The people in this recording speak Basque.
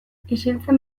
isiltzen